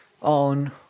on